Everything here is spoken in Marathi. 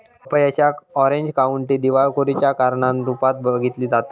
अपयशाक ऑरेंज काउंटी दिवाळखोरीच्या कारण रूपात बघितला जाता